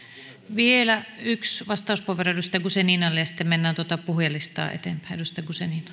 vielä yksi vastauspuheenvuoro edustaja guzeninalle ja sitten mennään puhujalistaa eteenpäin